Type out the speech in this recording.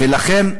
ולכן,